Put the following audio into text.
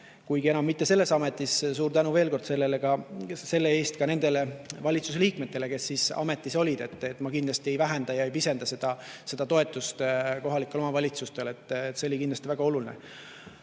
Kuigi ma enam ei ole selles ametis, suur tänu veel kord selle eest ka nendele valitsuse liikmetele, kes siis ametis olid. Ma kindlasti ei vähenda ega pisenda seda toetust kohalikele omavalitsustele, see oli kindlasti väga oluline.